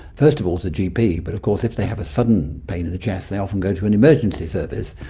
first of all to the gp, but of course if they have a sudden pain in the chest they often go to an emergency service.